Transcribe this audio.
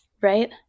Right